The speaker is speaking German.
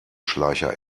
schleicher